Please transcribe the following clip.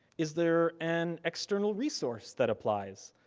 is there an external resource that applies?